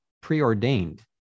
preordained